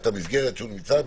את המסגרת שהוא נמצא בה,